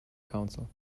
council